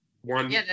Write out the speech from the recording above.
one